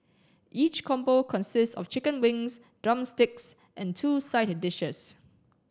each combo consists of chicken wings drumsticks and two side dishes